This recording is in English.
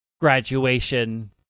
graduation